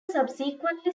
subsequently